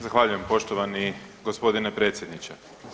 Zahvaljujem poštovani gospodine predsjedniče.